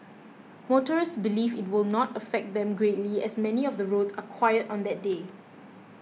motorists believe it will not affect them greatly as many of the roads are quiet on that day